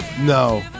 No